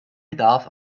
bedarf